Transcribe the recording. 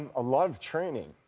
ah a lot of training.